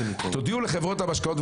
תודיעו לחברות המשקאות.